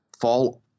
fall